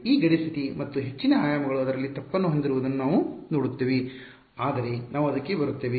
ಈ ಗಡಿ ಸ್ಥಿತಿ ಮತ್ತು ಹೆಚ್ಚಿನ ಆಯಾಮಗಳು ಅದರಲ್ಲಿ ತಪ್ಪನ್ನು ಹೊಂದಿರುವುದನ್ನು ನಾವು ನೋಡುತ್ತೇವೆ ಆದರೆ ನಾವು ಅದಕ್ಕೆ ಬರುತ್ತೇವೆ